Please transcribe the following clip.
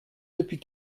depuis